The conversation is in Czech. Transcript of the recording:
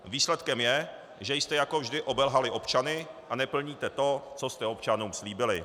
Výsledkem je, že jste jako vždy obelhali občany a neplníte to, co jste občanům slíbili.